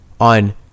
on